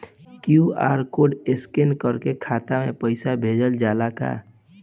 QR code scan करके खाता में पैसा भेजल जाला का?